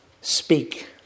Speak